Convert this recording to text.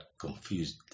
confused